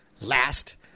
last